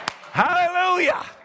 Hallelujah